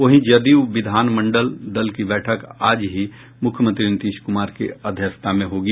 वहीं जदयू विधानमंडल दल की बैठक आज ही मुख्यमंत्री नीतीश कुमार की अध्यक्षता में होगी